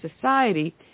society